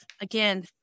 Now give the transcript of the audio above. again